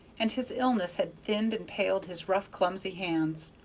and his illness had thinned and paled his rough, clumsy hands.